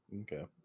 Okay